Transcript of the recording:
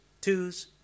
twos